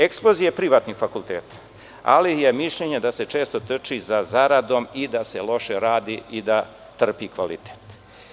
Eksplozija privatnih fakulteta, ali je mišljenje da se često trči za zaradom i da se loše radi i da trpi kvalitet.